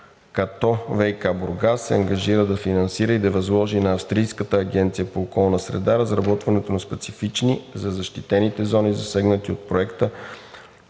като ВиК – Бургас, се ангажира да финансира и да възложи на Австрийската агенция по околна среда разработването на специфични за защитените зони, засегнати от проекта,